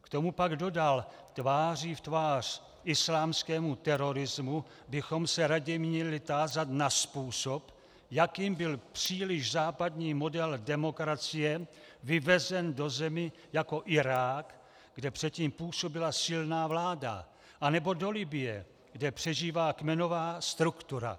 K tomu pak dodal: Tváří v tvář islámskému terorismu bychom se raději měli tázat na způsob, jakým byl příliš západní model demokracie vyvezen do zemí jako Irák, kde předtím působila silná vláda, nebo do Libye, kde přežívá kmenová struktura.